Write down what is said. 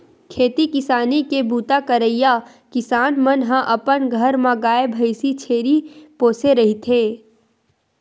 खेती किसानी के बूता करइया किसान मन ह अपन घर म गाय, भइसी, छेरी पोसे रहिथे